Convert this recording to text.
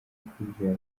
byakwigira